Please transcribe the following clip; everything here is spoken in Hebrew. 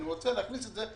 אני רוצה להכניס את זה,